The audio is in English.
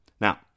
Now